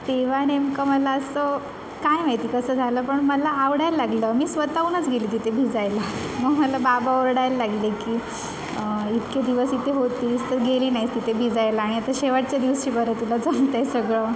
तेव्हा नेमकं मला असं काय माहिती कसं झालं पण मला आवडायला लागलं मी स्वतःहूनच गेले तिथे भिजायला मग मला बाबा ओरडायला लागले की इतके दिवस इथे होतीस तर गेली नाहीस तिथे भिजायला आणि आता शेवटच्या दिवशी बरं तुला जमत आहे सगळं